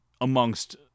amongst